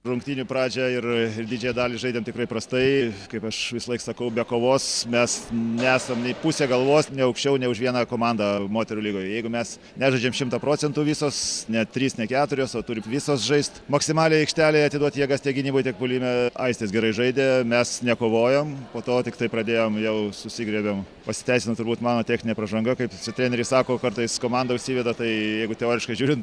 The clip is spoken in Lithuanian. rungtynių pradžią ir ir didžiąją dalį žaidėm tikrai prastai kaip aš visąlaik sakau be kovos mes nesam nei pusę galvos ne aukščiau nei už vieną komandą moterų lygoje jeigu mes nežaidžiam šimtą procentų visos ne trys ne keturios o turit visos žaist maksimaliai aikštelėje atiduot jėgas tiek gynyboj tiek puolime aistės gerai žaidė mes nekovojom po to tiktai pradėjom jau susigriebėm pasiteisino turbūt mano techninė pražanga kaip visi treneriai sako kartais komanda užsiveda tai jeigu teoriškai žiūrint